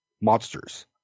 monsters